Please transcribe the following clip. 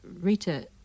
Rita